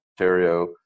Ontario